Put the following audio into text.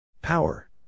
Power